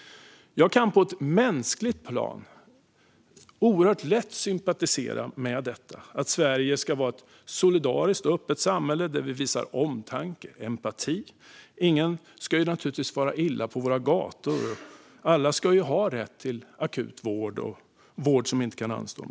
Jag kan på ett mänskligt plan oerhört lätt sympatisera med att Sverige ska vara ett solidariskt och öppet samhälle där vi visar omtanke och empati. Ingen ska naturligtvis fara illa på våra gator. Alla ska ha rätt till akut vård och vård som inte kan anstå.